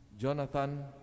Jonathan